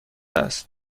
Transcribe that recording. است